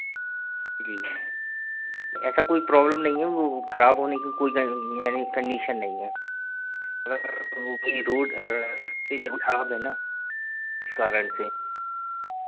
जी ऐसा कोई प्रॉब्लम नहीं है वो खराब होने की कोई यानी कंडीशन नहीं है मगर रूट में रूट खराब है ना इस कारण से